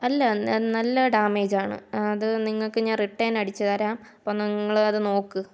അല്ല നല്ല ഡാമേജാണ് അത് നിങ്ങൾക്ക് ഞാൻ റിട്ടേൺ അടിച്ച് തരാം അപ്പം നിങ്ങൾ അത് നോക്ക്